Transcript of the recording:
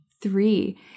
Three